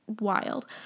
wild